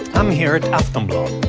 i'm here at aftonbladet.